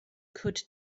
could